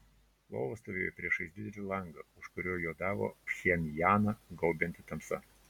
lova stovėjo priešais didelį langą už kurio juodavo pchenjaną gaubianti tamsa